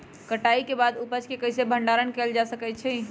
कटाई के बाद उपज के कईसे भंडारण कएल जा सकई छी?